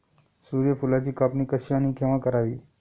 सूर्यफुलाची कापणी कशी आणि केव्हा करावी?